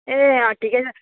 ए अँ ठिकै छ